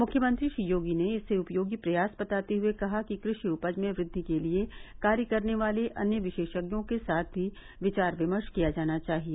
मुख्यमंत्री श्री योगी ने इसे उपयोगी प्रयास बताते हुए कहा कि कृषि उपज में वृद्धि के लिए कार्य करने वाले अन्य विशेषज्ञों के साथ भी विचार विमर्श किया जाना चाहिए